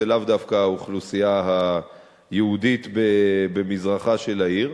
לאו דווקא האוכלוסייה היהודית במזרחה של העיר.